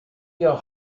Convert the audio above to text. your